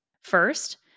First